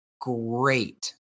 great